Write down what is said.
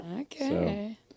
Okay